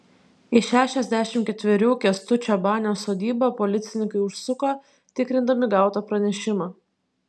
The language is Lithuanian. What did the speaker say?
į šešiasdešimt ketverių kęstučio banio sodybą policininkai užsuko tikrindami gautą pranešimą